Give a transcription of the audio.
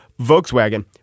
Volkswagen